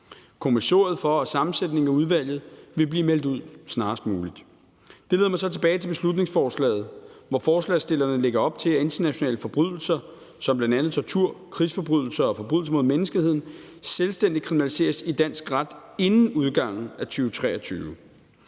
Kommissoriet for og sammensætningen af udvalget vil blive meldt ud snarest muligt. Det leder mig så tilbage til beslutningsforslaget, hvor forslagsstillerne lægger op til, at internationale forbrydelser som bl.a. tortur og krigsforbrydelser og forbrydelser mod menneskeheden selvstændigt kriminaliseres i dansk ret inden udgangen af 2023.